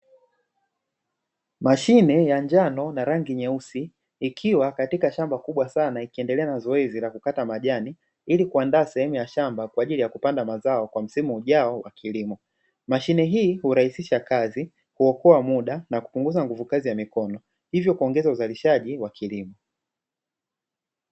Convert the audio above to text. Mashine ya njano na rangi nyeusi ikiwa katika shamba kubwa sana ikiendelea na zoezi la kukata majani ili kuandaa sehemu ya shamba kwaajili ya kupanda mazao kwa msimu ujao wa kilimo. Mashine hii hurahisisha kazi, huokoa muda na kupunguza nguvu kazi ya mikono, hivyo kuongeza uzalishaji wa kilimo.